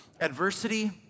Adversity